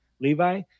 levi